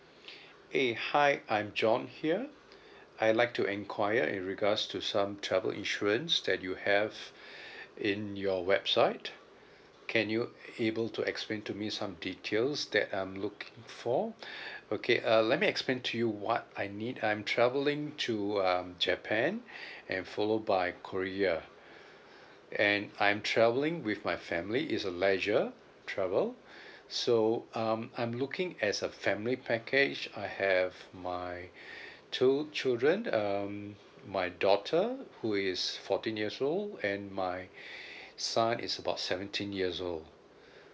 eh hi I'm john here I'd like to enquire in regards to some travel insurance that you have in your website can you able to explain to me some details that I'm looking for okay uh let me explain to you what I need I'm travelling to um japan and follow by korea and I'm travelling with my family it's a leisure travel so um I'm looking as a family package I have my two children um my daughter who is fourteen years old and my son is about seventeen years old